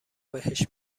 بهش